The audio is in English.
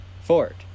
Ford